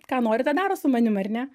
ką nori tą daro su manim ar ne